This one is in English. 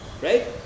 right